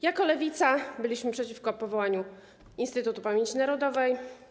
Jako Lewica byliśmy przeciwko powołaniu Instytutu Pamięci Narodowej.